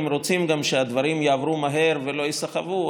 אם רוצים שהדברים יעברו מהר ולא ייסחבו,